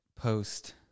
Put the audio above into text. post-